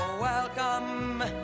welcome